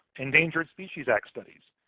endangered species act studies,